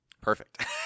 Perfect